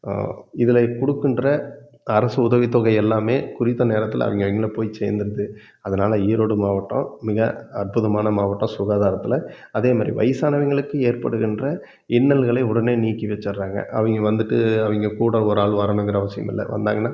இதில் கொடுக்கின்ற அரசு உதவித்தொகை எல்லாமே குறித்த நேரத்தில் அவங்க அவங்கள போய் சேந்துடுது அதனால் ஈரோடு மாவட்டம் மிக அற்புதமான மாவட்டம் சுகாதாரத்தில் அதே மாதிரி வயசானவங்களுக்கு ஏற்படுகின்ற இன்னல்களை உடனே நீக்கி வெச்சிடுறாங்க அவங்க வந்துவிட்டு அவங்கக்கூட ஒரு ஆள் வரணும்ங்கிற அவசியம் இல்லை வந்தாங்கன்னா